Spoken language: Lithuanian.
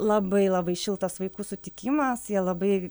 labai labai šiltas vaikų sutikimas jie labai